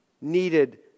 needed